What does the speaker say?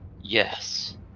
Yes